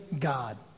God